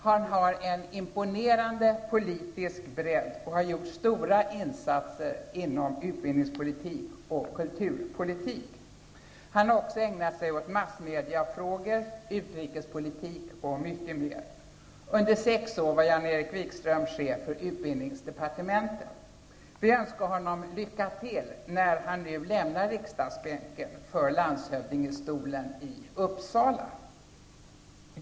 Han har en imponerande politisk bredd och har gjort stora insatser inom utbildningspolitik och kulturpolitik. Han har också ägnat sig åt massmediafrågor, utrikespolitik och mycket mera. Under sex år var Jan-Erik Wikström chef för utbildningsdepartementet. Vi önskar honom lycka till när han nu lämnar riksdagsbänken för landshövdingestolen i Uppsala.